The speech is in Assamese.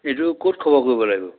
এইটো ক'ত খবৰ কৰিব লাগিব